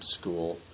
school